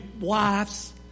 wives